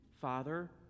Father